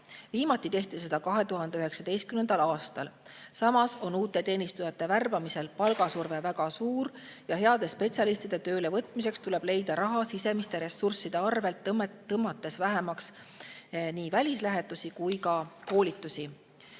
Viimati tehti seda 2019. aastal. Samas on uute teenistujate värbamisel palgasurve väga suur ja heade spetsialistide töölevõtmiseks tuleb leida raha sisemiste ressursside arvel, tõmmates vähemaks nii välislähetusi kui ka koolitusi.